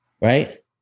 right